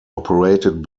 operated